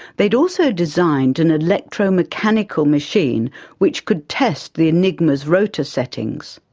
they'd also designed an electro-mechanical machine which could test the enigma's rotor settings.